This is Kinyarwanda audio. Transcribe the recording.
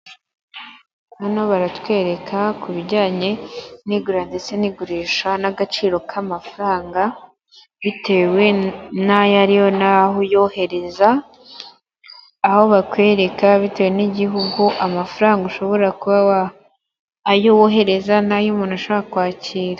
Hano baratwereka ku bijyanye n'igura ndetse n'igurisha n'agaciro k'amafaranga, bitewe n'ayariyo n'aho uyohereza. Aho bakwereka bitewe n'igihugu amafaranga ushobora kuba, ayo wohereza n'ay' umuntu ashobora kwakira.